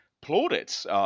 plaudits